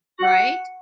right